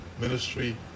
ministry